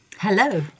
Hello